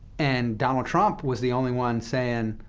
and donald trump was the only one saying